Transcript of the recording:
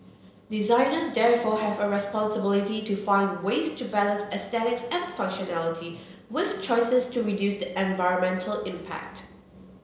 designers therefore have a responsibility to find ways to balance aesthetics and functionality with choices to reduce the environmental impact